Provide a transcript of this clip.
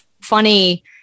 funny